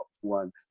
one